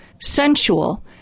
sensual